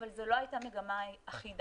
אבל זו לא הייתה מגמה אחידה.